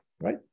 right